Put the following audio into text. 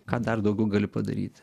ką dar daugiau gali padaryti